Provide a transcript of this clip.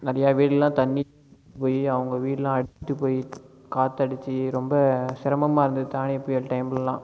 நிறைய வீடெல்லாம் தண்ணி போயி அவங்க வீடெல்லாம் அடிச்சுட்டு போயி காற்று அடிச்சு ரொம்ப சிரமமாக இருந்தது தானே புயல் டைமெலாம்